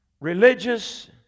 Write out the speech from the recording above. religious